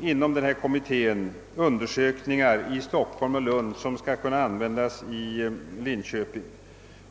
Inom denna kommitté lär dock pågå undersökningar i Stockholm och Lund som skall kunna tillämpas också när det gäller Linköping.